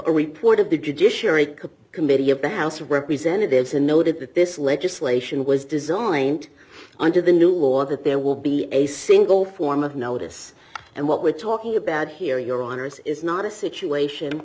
a report of the judiciary committee of the house of representatives and noted that this legislation was designed under the new or that there will be a single form of notice and what we're talking about here your honour's is not a situation